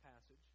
passage